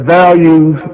values